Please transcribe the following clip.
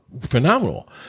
phenomenal